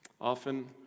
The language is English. often